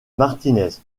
martinez